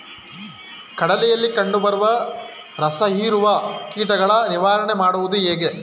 ಕಡಲೆಯಲ್ಲಿ ಕಂಡುಬರುವ ರಸಹೀರುವ ಕೀಟಗಳ ನಿವಾರಣೆ ಮಾಡುವುದು ಹೇಗೆ?